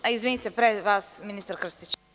Izvinite, pre vas ministar Krstić.